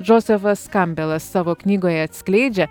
džozefas kambelas savo knygoje atskleidžia